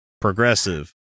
progressive